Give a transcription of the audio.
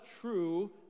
true